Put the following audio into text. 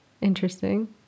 interesting